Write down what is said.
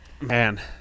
Man